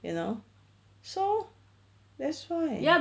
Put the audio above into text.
you know so that's why